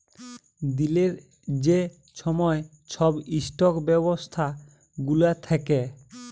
দিলের যে ছময় ছব ইস্টক ব্যবস্থা গুলা থ্যাকে